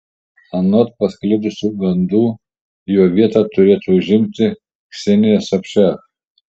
anot pasklidusių gandų jo vietą turėtų užimti ksenija sobčiak